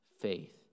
faith